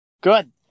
Good